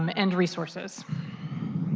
um and resources.